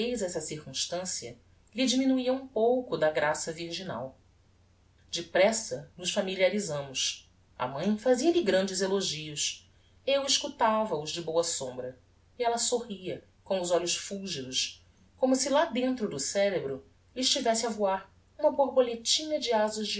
essa circumstancia lhe diminuia um pouco da graça virginal depressa nos familiarisámos a mãe fazia-lhe grandes elogios eu escutava-os de boa sombra e ella sorria com os olhos fulgidos como se lá dentro do cerebro lhe estivesse a voar uma borboletinha de azas